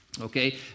okay